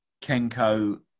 Kenko